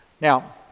Now